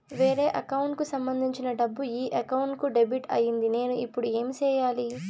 వేరే అకౌంట్ కు సంబంధించిన డబ్బు ఈ అకౌంట్ కు డెబిట్ అయింది నేను ఇప్పుడు ఏమి సేయాలి